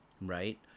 Right